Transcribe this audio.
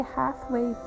halfway